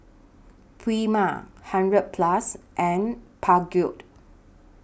Prima hundred Plus and Peugeot